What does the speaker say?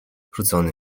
rzucone